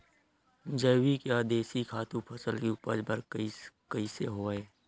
जैविक या देशी खातु फसल के उपज बर कइसे होहय?